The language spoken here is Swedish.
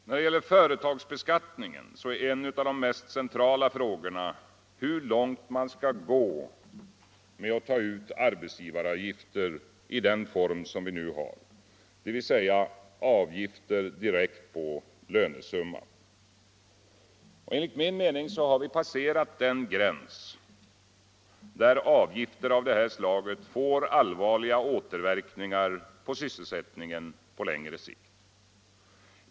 När det gäller företagsbeskattningen är en av de mest centrala frågorna hur långt man skall gå med att ta ut arbetsgivaravgifter i den form som vi nu har, dvs. avgifter direkt på lönesumman. Enligt min uppfattning har vi redan passerat den gräns där avgifter av detta slag får allvarliga återverkningar på sysselsättningen på längre sikt.